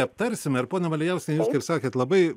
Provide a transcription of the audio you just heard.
aptarsime ir ponia malijauskiene kaip sakėt labai